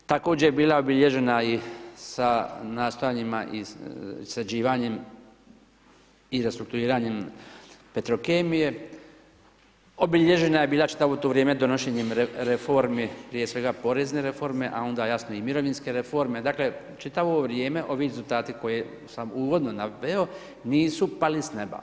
Također, je bila obilježena i sa nastojanjima i sređivanjem i za strukturiranjem Petrokemije, obilježena je bila čitavo to vrijeme donošenjem reformi, prije svega porezne reforme, a onda jasno i mirovinske reforme, dakle čitavo ovo vrijeme ovi rezultati koje sam uvodno naveo nisu pali s neba.